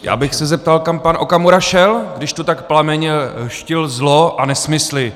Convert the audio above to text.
Já bych se zeptal, kam pan Okamura šel, když tu tak plamenně dštil zlo a nesmysly.